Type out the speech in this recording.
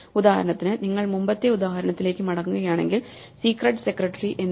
ഉദാഹരണത്തിന് നിങ്ങൾ മുമ്പത്തെ ഉദാഹരണങ്ങളിലേക്ക് മടങ്ങുകയാണെങ്കിൽ secret secretary എന്നിവ